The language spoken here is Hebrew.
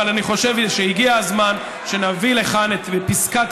אבל אני חושב שהגיע הזמן שנביא לכאן את פסקת